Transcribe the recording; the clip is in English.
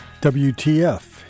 WTF